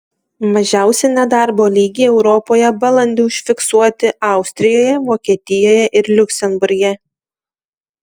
mažiausi nedarbo lygiai europoje balandį užfiksuoti austrijoje vokietijoje ir liuksemburge